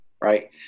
Right